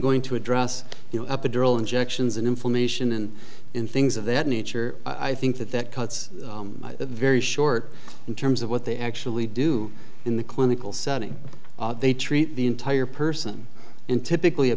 going to address you know epidural injections and inflammation and in things of that nature i think that that cuts very short in terms of what they actually do in the clinical setting they treat the entire person and typically a